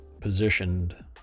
positioned